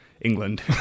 England